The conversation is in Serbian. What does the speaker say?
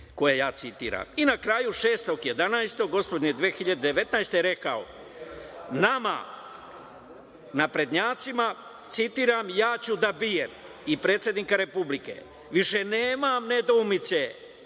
kraju, 6. 11. 2019. godine je rekao nama, naprednjacima, citiram, "Ja ću da bijem i predsednika Republike, više nemam nedoumice.